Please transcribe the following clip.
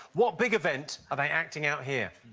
what big event are they acting out here?